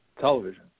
television